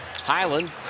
Highland